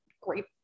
Great